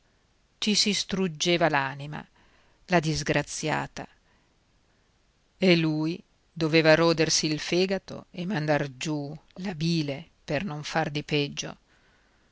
ci si struggeva l'anima la disgraziata e lui doveva rodersi il fegato e mandar giù la bile per non far di peggio